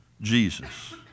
Jesus